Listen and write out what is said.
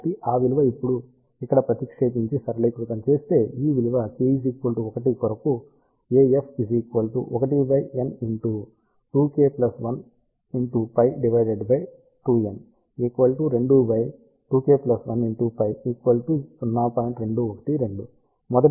కాబట్టి ఆ విలువ ఇప్పుడు ఇక్కడ ప్రతిక్షేపించి సరళీకృతం చేస్తే ఈ విలువ k 1 కొరకు